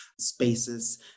spaces